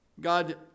God